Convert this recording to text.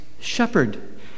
shepherd